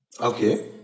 Okay